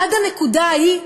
עד הנקודה ההיא,